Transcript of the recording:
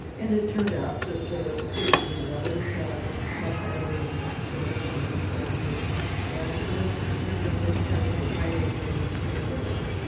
and it turned out that their first degree relatives had a much higher rate of mood disorder than the control group and their first degree relatives had a much higher rate of creativity.